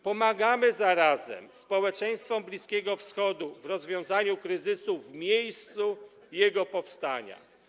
Pomagamy zarazem społeczeństwom Bliskiego Wschodu w rozwiązaniu kryzysu w miejscu jego powstania.